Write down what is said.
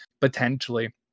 potentially